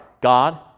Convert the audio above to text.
God